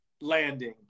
landing